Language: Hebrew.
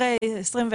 אחרי 21,